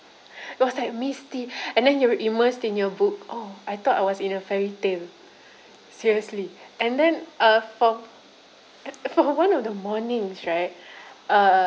it was like misty and then you're immersed in your book oh I thought I was in a fairy tale seriously and then uh for for one of the mornings right uh